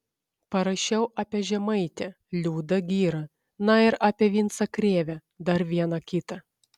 parašiau apie žemaitę liudą girą na ir apie vincą krėvę dar vieną kitą